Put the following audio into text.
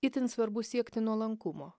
itin svarbu siekti nuolankumo